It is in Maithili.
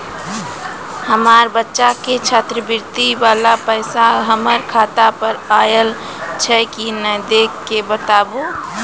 हमार बच्चा के छात्रवृत्ति वाला पैसा हमर खाता पर आयल छै कि नैय देख के बताबू?